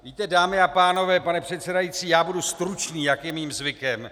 Víte, dámy a pánové pane předsedající, já budu stručný, jak je mým zvykem.